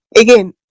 again